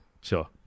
Sure